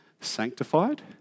sanctified